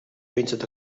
painted